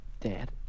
Dad